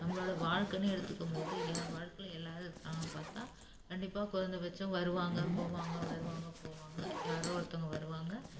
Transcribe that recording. நம்மளோட வாழ்க்கைன்னு எடுத்துக்கும்போது ஏன் வாழ்க்கையில எல்லாரும் இருக்காங்க பார்த்தா கண்டிப்பாக குறஞ்சபச்சம் வருவாங்க போவாங்க வருவாங்க போவாங்க யாரோ ஒருத்தவங்க வருவாங்க